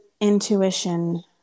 intuition